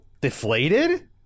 deflated